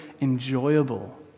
enjoyable